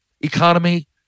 economy